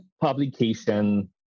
publication